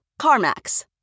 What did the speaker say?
CarMax